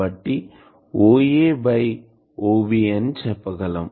కాబట్టి OA by OB అని చెప్పగలను